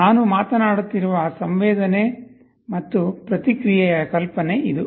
ನಾನು ಮಾತನಾಡುತ್ತಿರುವ ಸಂವೇದನೆ ಮತ್ತು ಪ್ರತಿಕ್ರಿಯೆಯ ಕಲ್ಪನೆ ಇದು